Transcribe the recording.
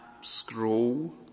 scroll